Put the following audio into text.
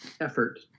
effort